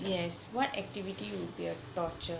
yes what activity would be a torture